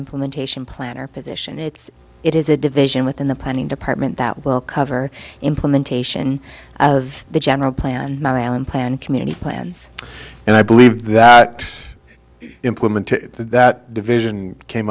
implementation plan or position it's it is a division within the planning department that will cover implementation of the general plan around plan community plans and i believe that implement to that division came